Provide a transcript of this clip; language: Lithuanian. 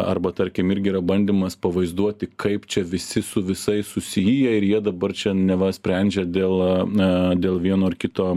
arba tarkim irgi yra bandymas pavaizduoti kaip čia visi su visais susiję ir jie dabar čia neva sprendžia dėl na dėl vieno ar kito